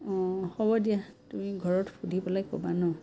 অঁ হ'ব দিয়া তুমি ঘৰত সুধি পেলাই ক'বা ন